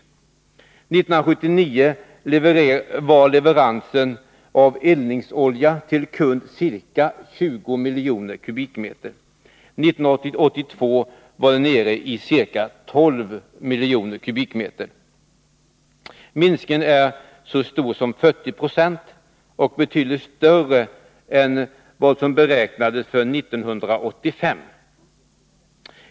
1979 var leveransen av eldningsolja till kund ca 20 miljoner m?, och 1982 var den nere i ca 12 miljoner m?. Minskningen är så stor som 40 96 och betydligt större än vad som beräknades för 1985.